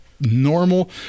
normal